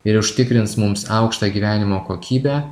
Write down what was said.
ir užtikrins mums aukštą gyvenimo kokybę